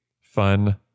fun